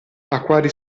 acquari